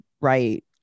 right